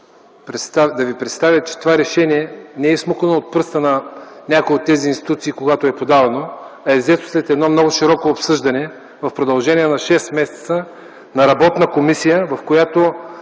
да ви кажа, че това решение не е изсмукано от пръстите на някоя от тези институции, когато е подавано, а е взето след много широко обсъждане в продължение на шест месеца, на работна комисия в